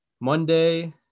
Monday